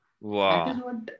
Wow